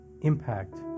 Impact